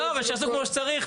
לא, אבל שיעשו כמו שצריך.